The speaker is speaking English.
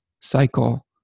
cycle